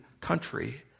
country